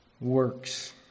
works